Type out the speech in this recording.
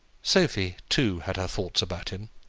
sophie, too, had her thoughts about him.